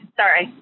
sorry